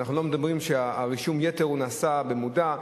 ואנחנו לא מדברים על כך שרישום היתר נעשה במודע,